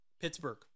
Pittsburgh